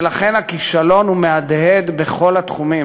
ולכן, הכישלון מהדהד בכל התחומים.